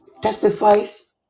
testifies